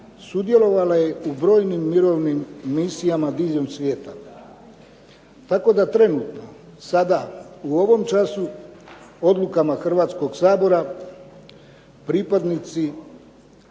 sudjelovala je u brojnim mirovnim misijama diljem svijeta. Tako da trenutno sada u ovom času odlukama Hrvatskog sabora pripadnici